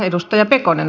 arvoisa puhemies